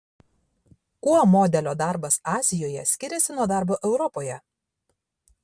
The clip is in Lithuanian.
kuo modelio darbas azijoje skiriasi nuo darbo europoje